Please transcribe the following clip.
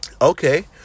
okay